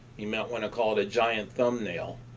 you might want to call it a giant thumbnail.